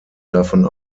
davon